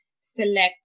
select